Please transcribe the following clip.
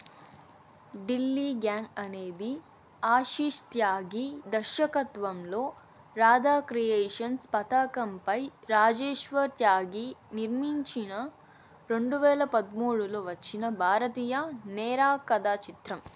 Delhi gang అనేది ఆశీష్ త్యాగి దర్శకత్వంలో Radha creations పతాకంపై రాజేశ్వర్ త్యాగి నిర్మించిన రెండు వేల పద్మూడులో వచ్చిన భారతీయ నేరా కథా చిత్రం